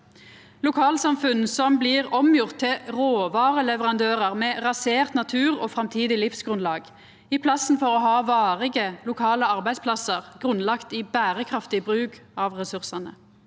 lokalsamfunn som blir omgjorde til råvareleverandørar med rasert natur og framtidig livsgrunnlag, i staden for å ha varige, lokale arbeidsplassar grunnlagt i berekraftig bruk av ressursane.